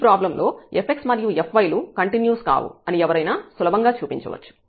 ఈ ప్రాబ్లం లో fx మరియు fy లు కంటిన్యూస్ కావు అని ఎవరైనా సులభంగా చూపించవచ్చు